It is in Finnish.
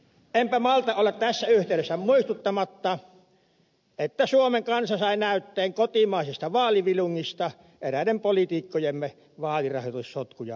enpä malta olla tässä yhteydessä muistuttamatta että suomen kansa sai näytteen kotimaisesta vaalivilungista eräiden poliitikkojemme vaalirahoitussotkuja seuratessaan